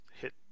hit